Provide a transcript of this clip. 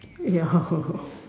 ya